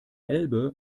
elbe